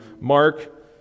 mark